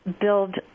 build